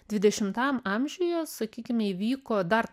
dvidešimtam amžiuje sakykime įvyko dar